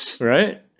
Right